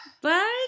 Bye